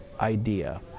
idea